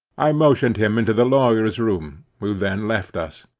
i motioned him into the lawyer's room, who then left us.